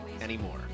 anymore